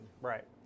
Right